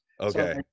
okay